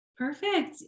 Perfect